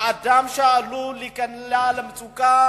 האדם שעלול להיקלע למצוקה